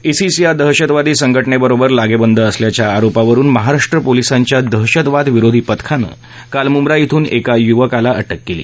इसीस या दहशतवादी संघटनेबरोबर लागे बांधे असल्याच्या आरोपावरुन महाराष्ट्र पोलीसांच्या दहशतवाद विरोधी पथकानं काल मुंब्रा इथून एका युवकाला अटक केली